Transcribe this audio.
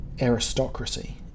aristocracy